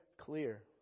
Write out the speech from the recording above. clear